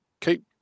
keep